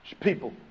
People